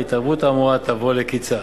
ההתערבות האמורה תבוא לקצה.